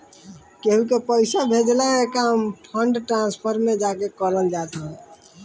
केहू के पईसा भेजला के काम फंड ट्रांसफर में जाके करल जात हवे